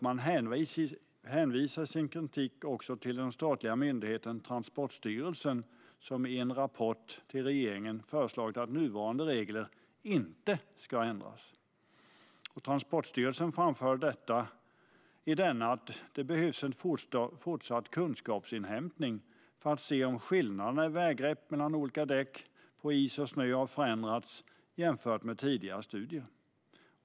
Man hänvisar i sin kritik också till den statliga myndigheten Transportstyrelsen som i en rapport till regeringen har föreslagit att nuvarande regler inte ska ändras. Transportstyrelsen framförde i denna att det behövs fortsatt kunskapsinhämtning för att se om skillnaderna i väggrepp mellan olika däck på is och snö har förändrats jämfört med tidigare studier.